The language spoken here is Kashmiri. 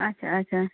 اَچھا اَچھا